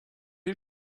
you